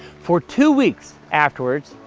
for two weeks afterward,